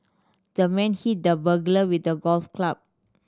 the man hit the burglar with a golf club